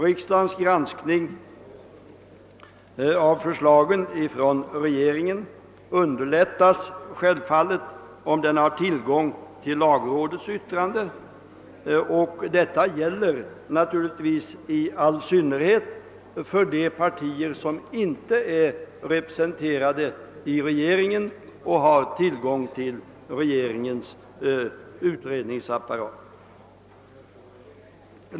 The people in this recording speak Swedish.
Riksdagens granskning av förslagen från regeringen underlättas självfallet om denna har tillgång till lagrådets yttrande, och detta gäller naturligtvis i all synnerhet för de partier som inte är representerade i regeringen och inte har tillgång till regeringens utrednings apparat.